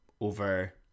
over